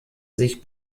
sich